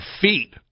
feet